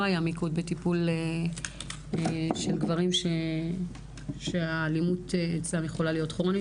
לא היה מיקוד בטיפול בגברים שהאלימות אצלם יכולה להיות כרונית.